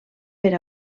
per